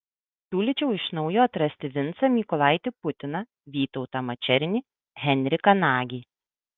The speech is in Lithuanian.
siūlyčiau iš naujo atrasti vincą mykolaitį putiną vytautą mačernį henriką nagį